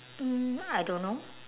mm I don't know